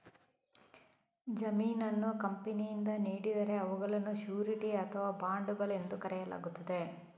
ಜಾಮೀನನ್ನು ಕಂಪನಿಯಿಂದ ನೀಡಿದರೆ ಅವುಗಳನ್ನು ಶ್ಯೂರಿಟಿ ಅಥವಾ ಬಾಂಡುಗಳು ಎಂದು ಕರೆಯಲಾಗುತ್ತದೆ